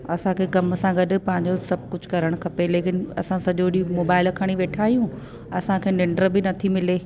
असांखे कम सां गॾु पंहिंजो सभु कुझु करणु खपे लेकिन असां सॼो ॾींहुं मोबाइल खणी वेठा आहियूं असांखे निंॾ बि नथी मिले